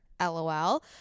LOL